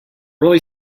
really